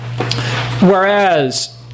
whereas